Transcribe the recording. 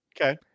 okay